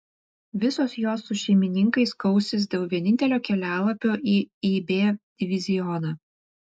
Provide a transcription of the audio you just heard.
visos jos su šeimininkais kausis dėl vienintelio kelialapio į ib divizioną